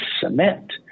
cement